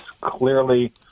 clearly